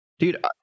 Dude